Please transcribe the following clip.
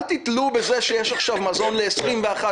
אל תיתלו בזה שיש עכשיו מזון -- אופיר,